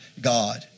God